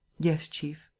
yes, chief,